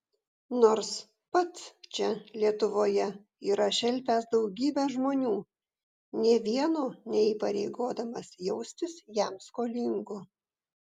nors pats čia lietuvoje yra šelpęs daugybę žmonių nė vieno neįpareigodamas jaustis jam skolingu